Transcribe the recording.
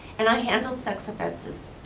and i handled sex offenses.